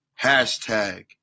hashtag